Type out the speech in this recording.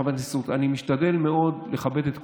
חברת הכנסת סטרוק, אני משתדל מאוד לכבד את כולם,